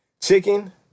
Chicken